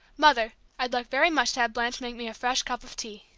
mother, i'd like very much to have blanche make me a fresh cup of tea.